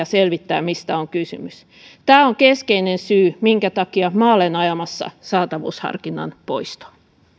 selvittää mistä on kysymys tämä on keskeinen syy minkä takia minä olen ajamassa saatavuusharkinnan poistoa